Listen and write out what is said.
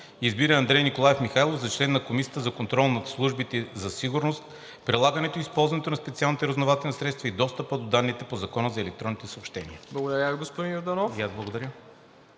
Избира Андрей Николаев Михайлов за член на Комисията за контрол над службите за сигурност, прилагането и използването на специалните разузнавателни средства и достъпа до данните по Закона за електронните съобщения.“ ПРЕДСЕДАТЕЛ